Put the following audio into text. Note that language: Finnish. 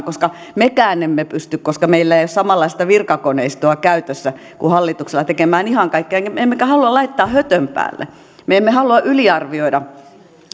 koska mekään emme pysty koska meillä ei ole samanlaista virkakoneistoa käytössä kuin hallituksella tekemään ihan kaikkea emmekä halua laittaa hötön päälle me emme halua yliarvioida